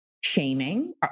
shaming